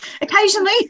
occasionally